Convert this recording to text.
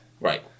Right